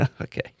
Okay